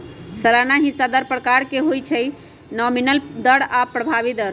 सलाना हिस्सा दर प्रकार के हो सकइ छइ नॉमिनल दर आऽ प्रभावी दर